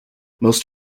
most